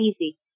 easy